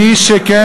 מי שכן